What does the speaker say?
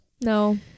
No